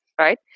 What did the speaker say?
Right